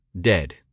dead